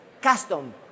custom